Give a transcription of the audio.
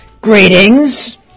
Greetings